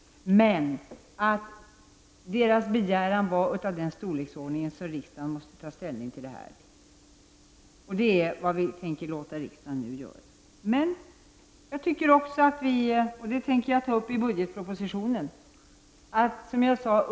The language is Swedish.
Regeringen framhöll emellertid att verkets framställning var av den storleken att riksdagen måste ta ställning till den. Det är vad vi nu tänker låta riksdagen göra.